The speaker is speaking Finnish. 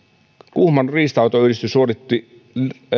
kuhmon riistanhoitoyhdistys suoritti